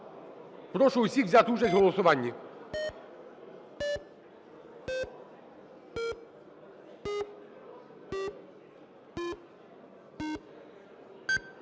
Прошу усіх взяти участь у голосуванні.